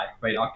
Right